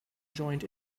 joint